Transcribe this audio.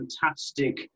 fantastic